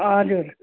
हजुर